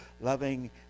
loving